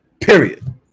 Period